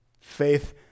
Faith